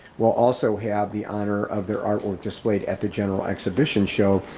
will also have the honor of their artwork displayed at the general exhibition show,